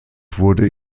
wurde